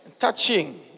Touching